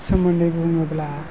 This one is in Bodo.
सोमोन्दै बुङोब्ला